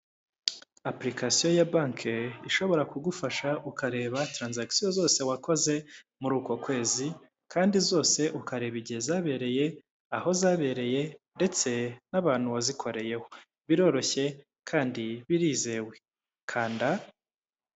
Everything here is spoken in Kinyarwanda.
Apurikasiyo ya banki ishobora kugufasha ukareba taranzakisiyo zose wakoze muri uko kwezi kandi zose ukareba igihe zabereye, aho zabereye ndetse n'abantu wazikoreyeho. Biroroshye kandi birizewe. Kanda...